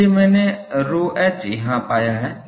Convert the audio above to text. इसलिए मैंने ρh यहाँ पाया है